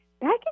Back